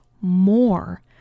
more